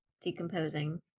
decomposing